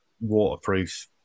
waterproof